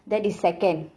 that is second